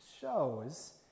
shows